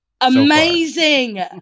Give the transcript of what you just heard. Amazing